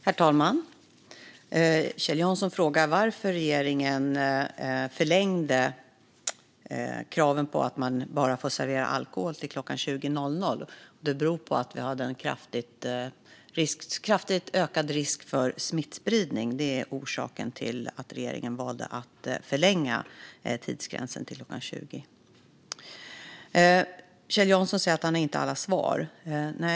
Herr talman! Kjell Jansson frågade varför regeringen förlängde bestämmelsen att man bara får servera alkohol till klockan 20.00. Det berodde på att vi hade en kraftigt ökad risk för smittspridning; det var orsaken till att regeringen valde att förlänga denna restriktion. Kjell Jansson säger att han inte har alla svar.